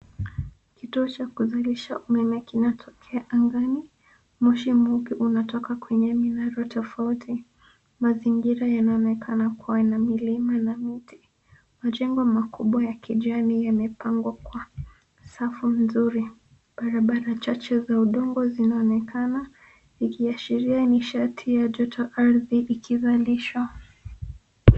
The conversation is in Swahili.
Kituo cha kuzalisha umeme kinatokea angani. Moshi mweupe unatoka kwenye minara tofauti. Mazingira yanaonekana kuwa na milima na miti. Majengo makubwa ya kijani yamepangwa kwa safu nzuri. Barabara chache za udongo zinaonekana, ikiashiria nishati ya joto ardhi ikizalisha.